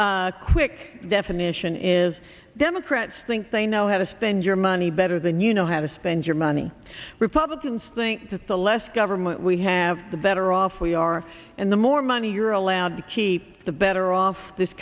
very quick definition is democrats think they know how to spend your money better than you know how to spend your many republicans think that the less government we have the better off we are and the more money you're allowed to keep the better off this